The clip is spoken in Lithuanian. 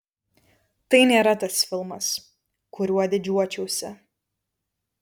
tai nėra tas filmas kuriuo didžiuočiausi